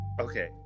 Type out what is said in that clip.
okay